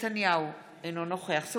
אינו נוכח בנימין נתניהו,